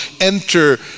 enter